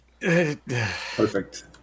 perfect